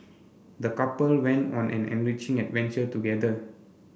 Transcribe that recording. the couple went on an enriching adventure together